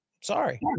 Sorry